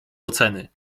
oceny